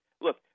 Look